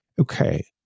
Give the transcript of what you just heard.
okay